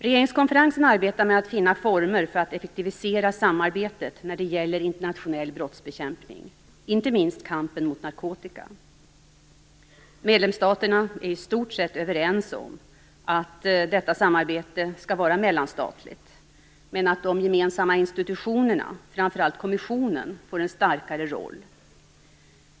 Regeringskonferensen arbetar med att finna former för att effektivisera samarbetet när det gäller internationell brottsbekämpning, inte minst kampen mot narkotika. Medlemsstaterna är i stort sett överens om att detta samarbete skall vara mellanstatligt, men att de gemensamma institutionerna, framför allt kommissionen, får en starkare roll.